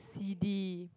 C_D